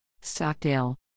Stockdale